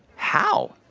how?